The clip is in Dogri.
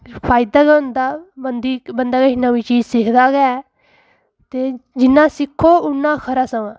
फायदा गै होंदा बंदी बंदे किश नमीं चीज़ सिखदा गै ऐ ते जिन्ना सिक्खो उन्ना खरा समा